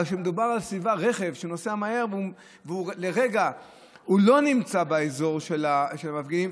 אבל כשמדובר ברכב שנוסע מהר וברגע הוא לא נמצא באזור של המפגינים,